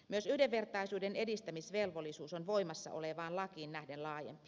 myös yhdenvertaisuuden edistämisvelvollisuus on voimassa olevaan lakiin nähden laajempi